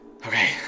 Okay